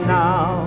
now